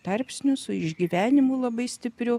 tarpsniu su išgyvenimu labai stipriu